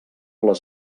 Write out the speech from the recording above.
les